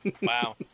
Wow